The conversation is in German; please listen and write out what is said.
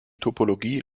topologie